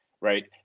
Right